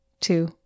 two